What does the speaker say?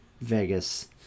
vegas